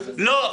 לא,